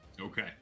Okay